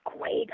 great